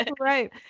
right